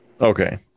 Okay